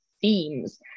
themes